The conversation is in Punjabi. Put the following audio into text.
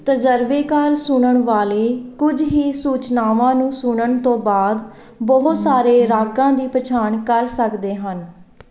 ਤਜ਼ਰਬੇਕਾਰ ਸੁਣਨ ਵਾਲੇ ਕੁਝ ਹੀ ਸੂਚਨਾਵਾਂ ਨੂੰ ਸੁਣਨ ਤੋਂ ਬਾਅਦ ਬਹੁਤ ਸਾਰੇ ਰਾਗਾਂ ਦੀ ਪਛਾਣ ਕਰ ਸਕਦੇ ਹਨ